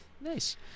Nice